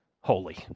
holy